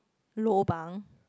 lobang